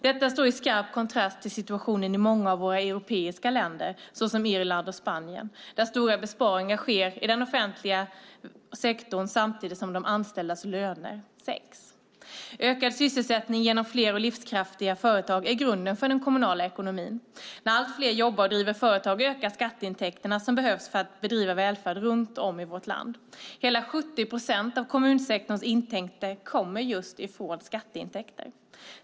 Detta står i skarp kontrast till situationen i många av våra europeiska grannländer, såsom Irland och Spanien, där stora besparingar sker i den offentliga sektorn samtidigt som de anställdas löner sänks. Ökad sysselsättning genom fler och livskraftiga företag är grunden för den kommunala ekonomin. När allt fler jobbar och driver företag ökar skatteintäkterna som behövs för att bedriva välfärd runt om i vårt land. Hela 70 procent av kommunsektorns intäkter kommer just från skatteintäkter.